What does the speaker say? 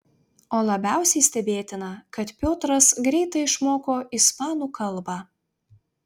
o labiausiai stebėtina kad piotras greitai išmoko ispanų kalbą